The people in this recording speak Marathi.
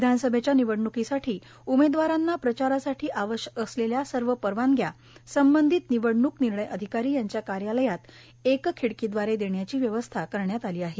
विधानसभेच्या निवडणुकीसाठी उमेदवारांना प्रचारासाठी आवष्यक असलेल्या सर्व परवानग्या संबंधित निवडणूक निर्णय अधिकारी यांच्या कार्योलयात एक खिडकीद्वारे देण्याची व्यवस्था करण्यात आली आहे